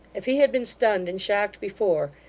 if he had been stunned and shocked before,